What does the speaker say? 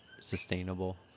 sustainable